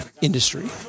industry